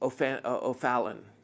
O'Fallon